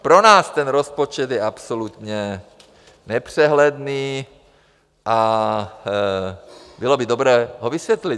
Pro nás ten rozpočet je absolutně nepřehledný a bylo by dobré ho vysvětlit.